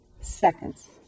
Seconds